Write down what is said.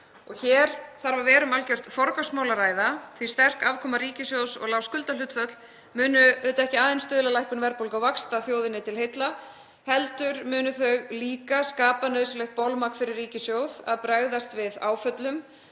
Hér þarf að vera um algjört forgangsmál að ræða því að sterk afkoma ríkissjóðs og lág skuldahlutföll munu auðvitað ekki aðeins stuðla að lækkun verðbólgu og vaxta, þjóðinni til heilla, heldur munu þau líka skapa nauðsynlegt bolmagn fyrir ríkissjóð að bregðast við áföllum